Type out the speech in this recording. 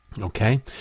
okay